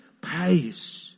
pace